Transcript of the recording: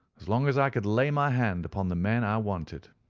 as long as i could lay my hand upon the men i wanted.